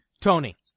Tony